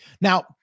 Now